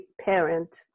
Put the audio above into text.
parent